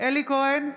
אלי כהן,